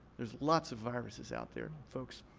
there's lots of viruses out there, folks.